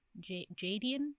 Jadian